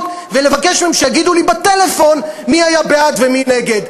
ולבקש מהם שיגידו לי בטלפון מי היה בעד ומי נגד.